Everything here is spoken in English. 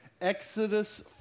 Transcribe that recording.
Exodus